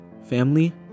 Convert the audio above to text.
family